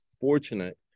fortunate